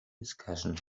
discussion